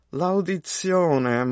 l'audizione